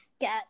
Get